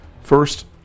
first